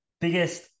biggest